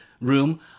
room